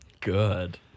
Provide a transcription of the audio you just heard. good